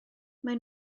maen